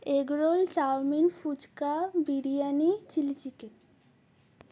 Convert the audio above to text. egg roll chow mein phuchka biryani chilli chicken